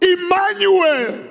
Emmanuel